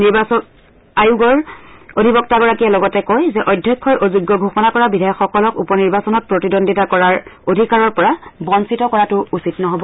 নিৰ্বাচন আয়োগৰ অধিবক্তাগৰাকীয়ে লগতে কয় যে অধ্যক্ষই অযোগ্য ঘোষণা কৰা বিধায়কসকলক উপ নিৰ্বাচনত প্ৰতিদণ্ডিতা কৰাৰ তেওঁলোকৰ অধিকাৰৰ পৰা বঞ্চিত কৰাতো উচিত নহব